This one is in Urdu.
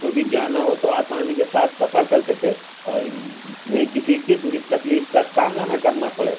کو بھی جانا ہو تو آسانی کے ساتھ سفر كر سكیں اور اِن نے كسی قسم كی تكلیف کا سامنا نہ کرنا پڑے